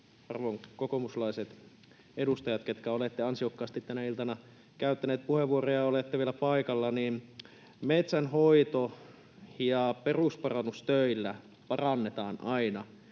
arvon kokoomuslaiset edustajat, ketkä olette ansiokkaasti tänä iltana käyttäneet puheenvuoroja ja olette vielä paikalla, että metsänhoito- ja perusparannustöillä parannetaan aina